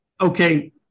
okay –